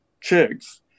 chicks